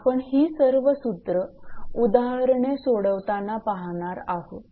आपण ही सर्व सूत्र उदाहरणे सोडवताना वापरणार आहोत